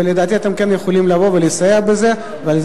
ולדעתי אתם כן יכולים לבוא ולסייע בהם.